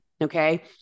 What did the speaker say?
Okay